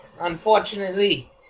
Unfortunately